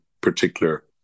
particular